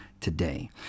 today